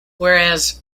whereas